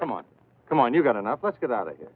come on come on you've got enough let's get out of here